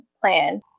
plan